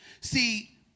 See